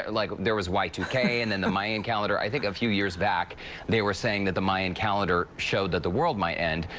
like there was y two k and and the mayan calendar. i think a few years back they were saying the mayan calendar showed the the world might end.